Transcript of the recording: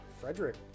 Frederick